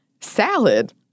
Salad